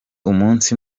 umunsi